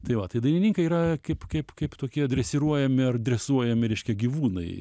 tai va tai dainininkai yra kaip kaip kaip tokie dresiruojami ar dresuojami reiškia gyvūnai